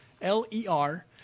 L-E-R